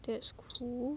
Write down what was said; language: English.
that school